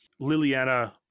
Liliana